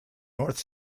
north